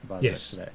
Yes